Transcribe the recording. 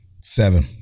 Seven